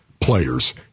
players